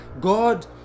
God